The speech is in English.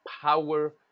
power